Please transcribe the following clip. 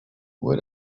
would